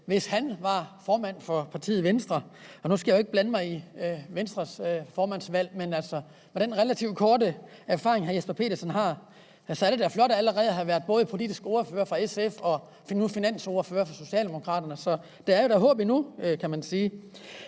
hvis han var formand for partiet Venstre. Og nu skal jeg jo ikke blande mig i Venstres formandsvalg, men med den relativt korte erfaring, hr. Jesper Petersen har, er det da flot allerede både at have været politisk ordfører for SF og nu at være finansordfører for Socialdemokraterne. Så der er da håb endnu, kan man sige.